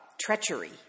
treachery